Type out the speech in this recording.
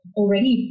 already